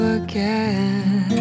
again